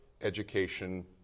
education